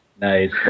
nice